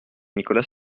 nicolas